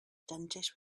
dentist